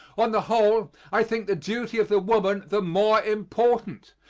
on the whole, i think the duty of the woman the more important,